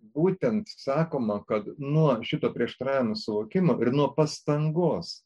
būtent sakoma kad nuo šito prieštaravimo suvokimo ir nuo pastangos